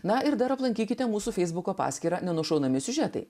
na ir dar aplankykite mūsų feisbuko paskyrą nenušaunami siužetai